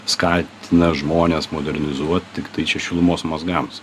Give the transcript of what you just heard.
skatina žmones modernizuot tiktai čia šilumos mazgams